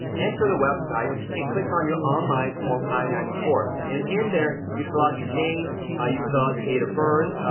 enter the website and click on your online form i ninety four and in there you fill out your name, you fill out your date of birth,